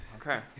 Okay